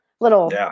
little